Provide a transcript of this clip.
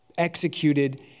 executed